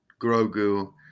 grogu